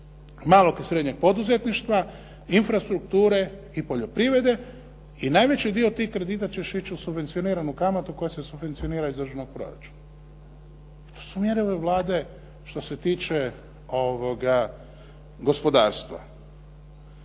malog i srednjeg poduzetništva, infrastrukture i poljoprivrede i najveći dio tih kredita će još ići u subvencioniranu kamatu koja se subvencionira iz državnog proračuna. To su mjere ove Vlade što se tiče gospodarstva.